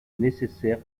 nécessaire